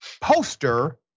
poster